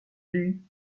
lui